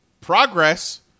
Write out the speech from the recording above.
progress